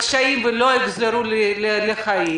בקשיים לא יחזרו לחיים.